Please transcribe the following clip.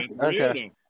Okay